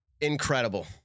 Incredible